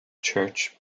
church